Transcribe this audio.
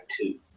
two